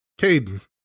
Caden